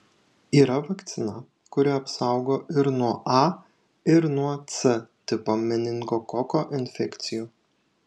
yra vakcina kuri apsaugo ir nuo a ir nuo c tipo meningokoko infekcijų